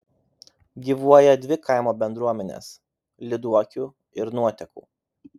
gyvuoja dvi kaimo bendruomenės lyduokių ir nuotekų